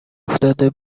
افتاده